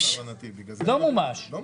להבנתי זה לא מומש.